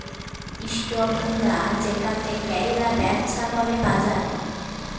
stock গুলা যেটতে ক্যইরে ব্যবছা ক্যরে বাজারে